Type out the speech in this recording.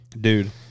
Dude